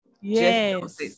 Yes